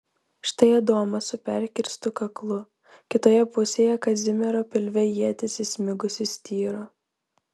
štai adomas su perkirstu kaklu kitoje pusėje kazimiero pilve ietis įsmigusi styro